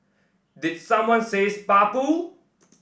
did someone say spa pool